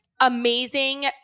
amazing